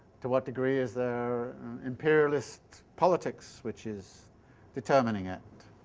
to what degree is there imperialist politics which is determining it?